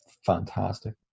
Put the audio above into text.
fantastic